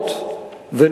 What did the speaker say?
עשרות, באמת.